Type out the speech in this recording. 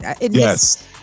Yes